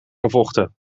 gevochten